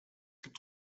gibt